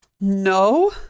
no